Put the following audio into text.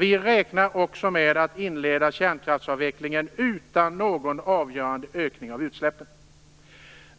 de räknar med att inleda kärnkraftsavvecklingen utan någon avgörande ökning av utsläpppen.